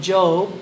Job